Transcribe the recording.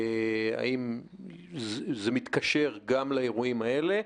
האם זה מתקשר גם לאירועים האלה?